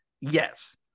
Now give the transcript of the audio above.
Yes